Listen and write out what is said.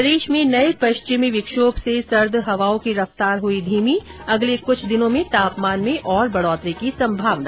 प्रदेश में नए पश्चिमी विक्षोभ से सर्द हवाओं की रफ्तार हुई धीमी अगले कुछ दिनों में तापमान में और बढ़ोतरी की संभावना